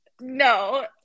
No